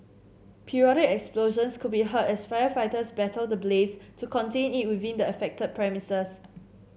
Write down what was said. periodic explosions could be heard as firefighters battle the blaze to contain it within the affected premises